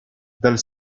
dal